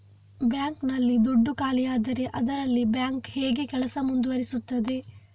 Bank ನಲ್ಲಿ ದುಡ್ಡು ಖಾಲಿಯಾದರೆ ಅದರಲ್ಲಿ ಬ್ಯಾಂಕ್ ಹೇಗೆ ಕೆಲಸ ಮುಂದುವರಿಸುತ್ತದೆ?